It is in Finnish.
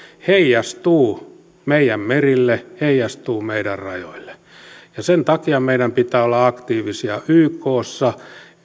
heijastuu meidän merille heijastuu meidän rajoille sen takia meidän pitää olla aktiivisia ykssa